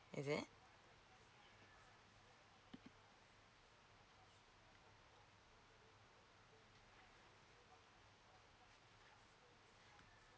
is it